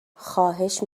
خواهش